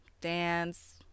dance